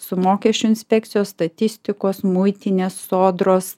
su mokesčių inspekcijos statistikos muitinės sodros